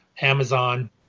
Amazon